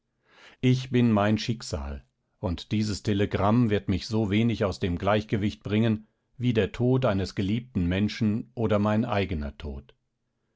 ich bin mein schicksal und dieses telegramm wird mich so wenig aus dem gleichgewicht bringen wie der tod eines geliebten menschen oder mein eigener tod